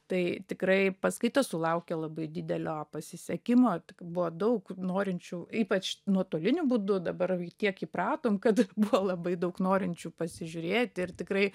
tai tikrai paskaita sulaukė labai didelio pasisekimo buvo daug norinčių ypač nuotoliniu būdu dabar tiek įpratom kad buvo labai daug norinčių pasižiūrėt ir tikrai